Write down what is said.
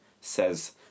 says